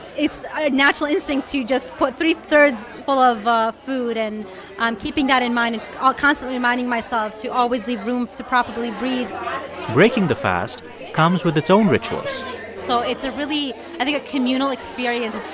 it's a natural instinct to just put three-thirds full of food. and i'm keeping that in mind. and i'll constantly reminding myself to always leave room to properly breathe breaking the fast comes with its own rituals so it's a really, i think, a communal experience.